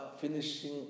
finishing